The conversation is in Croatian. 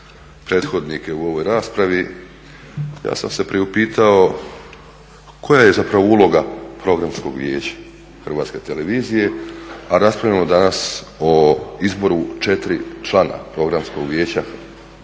prethodnike u ovoj raspravi ja sam se priupitao koja je zapravo uloga Programskog vijeća HRT-a? A raspravljamo danas o izboru 4 člana Programskog vijeća javne televizije.